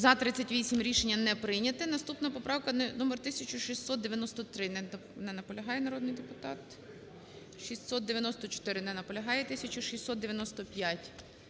За-38 Рішення не прийняте. Наступна поправка - номер 1693. Не наполягає народний депутат. 1694. Не наполягає. 1695.